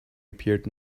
appeared